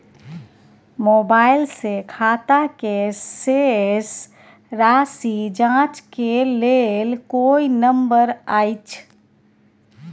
Mobile से खाता के शेस राशि जाँच के लेल कोई नंबर अएछ?